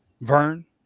Vern